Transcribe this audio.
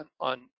on